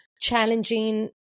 challenging